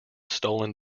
stolen